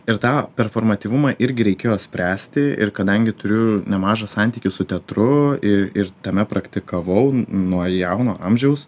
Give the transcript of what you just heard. ir tą performatyvumą irgi reikėjo spręsti ir kadangi turiu nemažą santykį su teatru i ir tame praktikavau n nuo jauno amžiaus